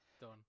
Done